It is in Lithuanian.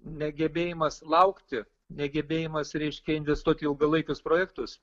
negebėjimas laukti negebėjimas reiškia investuoti į ilgalaikius projektus